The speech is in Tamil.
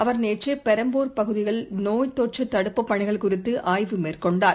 அவர் நேற்றுபெரம்பூர் பகுதியில் நோய் தொற்றுதடுப்புப் பணிகள் குறித்துஆய்வு மேற்கொண்டார்